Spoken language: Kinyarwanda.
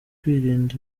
kwirinda